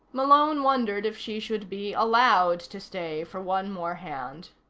malone wondered if she should be allowed to stay for one more hand.